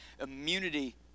immunity